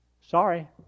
Sorry